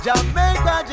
Jamaica